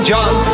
John